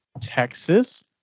Texas